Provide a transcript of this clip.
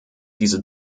diese